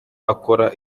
akora